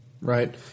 Right